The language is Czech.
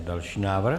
Další návrh.